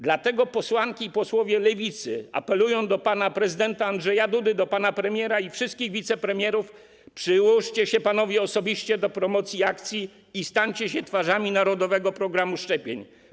Dlatego posłanki i posłowie Lewicy apelują do pana prezydenta Andrzeja Dudy, do pana premiera i wszystkich wicepremierów: przyłóżcie się, panowie, osobiście do promocji akcji i stańcie się twarzami narodowego programu szczepień.